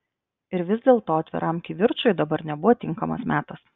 ir vis dėlto atviram kivirčui dabar nebuvo tinkamas metas